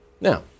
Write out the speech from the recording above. Now